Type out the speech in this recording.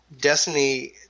Destiny